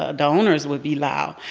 ah and owners, would be loud.